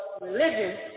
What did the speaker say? religion